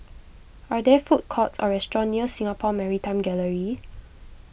are there food courts or restaurants near Singapore Maritime Gallery